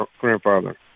grandfather